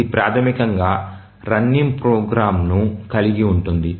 ఇది ప్రాథమికంగా రన్నింగ్ ప్రోగ్రామ్ను కలిగి ఉంటుంది